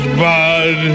bud